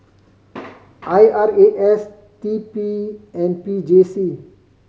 I R A S T P and P J C